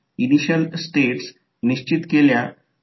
प्रत्येक कॉइल स्वतंत्रपणे विचारात घ्या आणि म्हणूनच ती दोनदा आहे